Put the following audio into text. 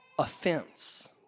offense